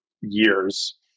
years